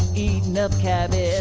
eat no cabbage.